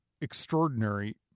extraordinary